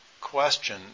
question